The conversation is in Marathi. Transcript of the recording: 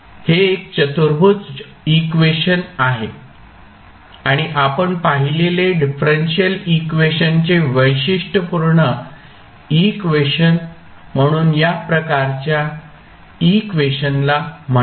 हे एक चतुर्भुज इक्वेशन आहे आणि आपण पाहिलेले डिफरेंशियल इक्वेशनचे वैशिष्ट्यपूर्ण इक्वेशन म्हणून या प्रकारच्या इक्वेशनला म्हणतो